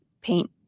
paint